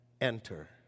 enter